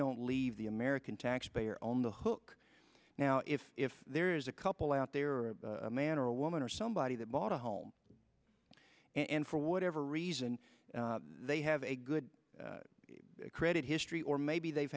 don't leave the american taxpayer on the hook now if if there's a couple out there or a man or a woman or somebody that bought a home and for whatever reason they have a good credit history or maybe they've